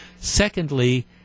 secondly